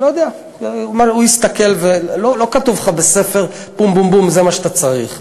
לא כתוב לך בספר: בום בום בום, זה מה שאתה צריך.